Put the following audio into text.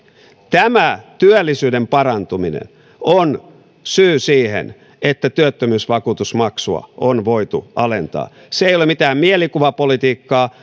tämä työllisyyden parantuminen on syy siihen että työttömyysvakuutusmaksua on voitu alentaa se ei ole mitään mielikuvapolitiikkaa